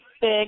big